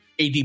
AD